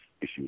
issues